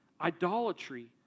idolatry